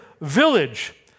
village